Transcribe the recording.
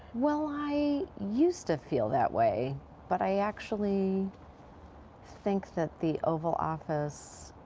well, i used to feel that way but i actually think that the oval office